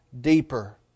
deeper